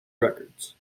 records